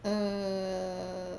err